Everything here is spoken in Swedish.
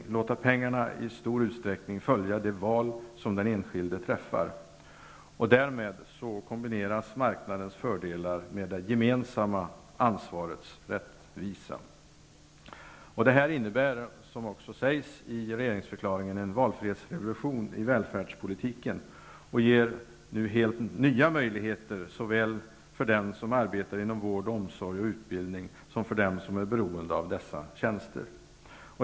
Vi vill låta pengarna i stor utsträckning följa de val som den enskilde träffar. Därmed kombineras marknadens fördelar med det gemensamma ansvarets rättvisa. Detta innebär, som också sägs i regeringsförklaringen, en valfrihetsrevolution i välfärdspolitiken, och det ger helt nya möjligheter såväl för dem som arbetar inom vård, omsorg och utbildning som för dem som är beroende av dessa tjänster.